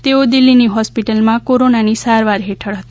તેઓ દિલ્લીની હોસ્પિટલમાં કોરોનાની સારવાર હેઠળ હતા